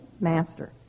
Master